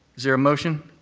is there a motion?